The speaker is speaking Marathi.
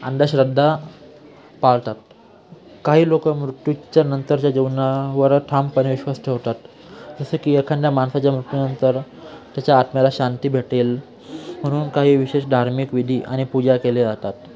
अंधश्रद्धा पाळतात काही लोक मृत्यूच्या नंतरच्या जीवनावर ठामपणे विश्वस ठेवतात जसं की एखादा माणसाच्या मृत्यूनंतर त्याच्या आत्म्याला शांती भेटेल म्हणून काही विशेष धार्मिक विधी आणि पूजा केले जातात